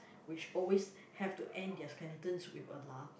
which always have to end their sentence with a lah